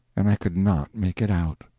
and i could not make it out.